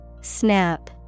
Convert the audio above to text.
Snap